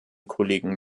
kollegen